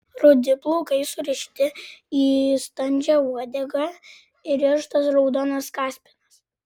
rudi plaukai surišti į standžią uodegą įrištas raudonas kaspinas